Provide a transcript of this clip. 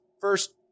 first